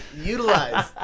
Utilize